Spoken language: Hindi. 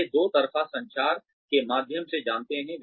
वे दो तरफ़ा संचार के माध्यम से जानते हैं